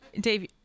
dave